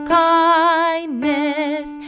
kindness